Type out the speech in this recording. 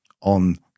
on